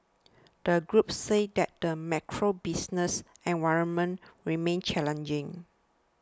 the group said that the macro business environment remains challenging